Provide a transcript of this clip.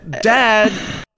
dad